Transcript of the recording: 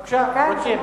בבקשה, רוצים.